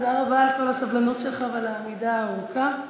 תודה רבה על כל הסבלנות שלך ועל העמידה הארוכה.